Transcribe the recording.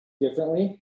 differently